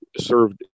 served